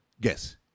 guess